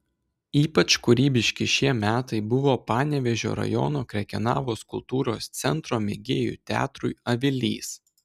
ypač kūrybiški šie metai buvo panevėžio rajono krekenavos kultūros centro mėgėjų teatrui avilys